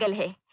he